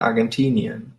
argentinien